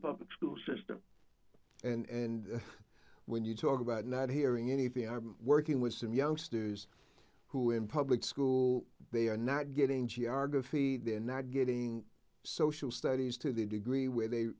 public school system and when you talk about not hearing anything i'm working with some youngsters who in public school they are not getting geography they're not getting social studies to the degree where they